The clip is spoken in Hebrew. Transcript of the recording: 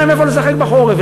ואין להם איפה לשחק בחורף,